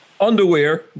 underwear